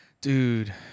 Dude